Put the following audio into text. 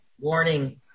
Warning